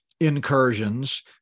Incursions